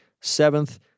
Seventh